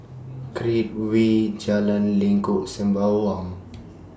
Create Way Jalan Lengkok Sembawang